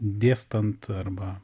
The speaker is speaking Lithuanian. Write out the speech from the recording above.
dėstant arba